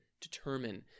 determine